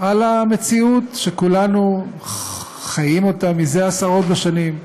על המציאות שכולנו חיים אותה זה עשרות בשנים.